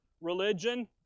religion